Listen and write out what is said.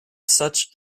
such